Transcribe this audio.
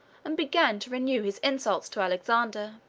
and began to renew his insults to alexander.